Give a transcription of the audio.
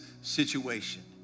situation